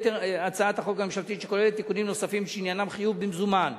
החלק של הצעת החוק הממשלתית שכולל תיקונים נוספים שעניינם חיוב במזומן,